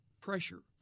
pressure